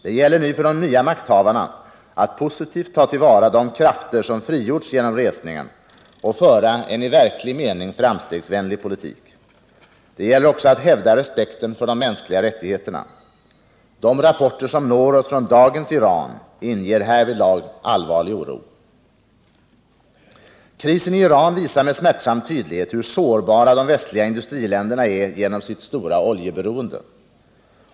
Det gäller nu för de nya makthavarna att positivt ta till vara de krafter som frigjorts genom resningen och föra en i verklig mening framstegsvänlig politik. Det gäller också att hävda respekten för de mänskliga rättigheterna. De rapporter som når oss från dagens Iran inger härvidlag allvarlig oro. Krisen i Iran visar med smärtsam tydlighet hur sårbara de västliga industriländerna är på grund av sitt stora oljeberoende.